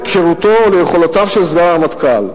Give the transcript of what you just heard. כשירותו או על יכולותיו של סגן הרמטכ"ל,